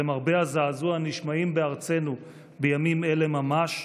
שלמרבה הזעזוע נשמעים בארצנו בימים אלה ממש,